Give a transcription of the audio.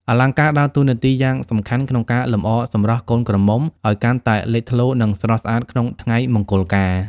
អលង្ការដើរតួនាទីយ៉ាងសំខាន់ក្នុងការលម្អសម្រស់កូនក្រមុំឲ្យកាន់តែលេចធ្លោ និងស្រស់ស្អាតក្នុងថ្ងៃមង្គលការ។